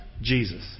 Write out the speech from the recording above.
Jesus